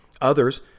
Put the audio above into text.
Others